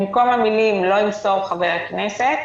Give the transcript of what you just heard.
במקום המילים "לא ימסור חבר הכנסת",